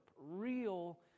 real